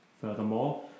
Furthermore